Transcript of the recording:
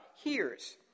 hears